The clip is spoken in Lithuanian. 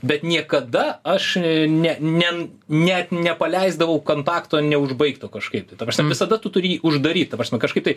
bet niekada aš ne ne net nepaleisdavau kontakto neužbaigto kažkaip ta prasme visada tu turi jį uždaryt ta prasme kažkaip tai